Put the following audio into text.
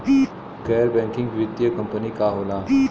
गैर बैकिंग वित्तीय कंपनी का होला?